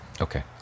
okay